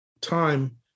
time